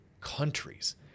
countries